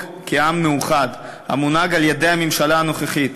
כעם מאוחד המונהג על-ידי הממשלה הנוכחית.